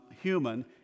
human